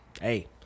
hey